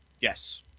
Yes